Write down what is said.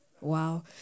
Wow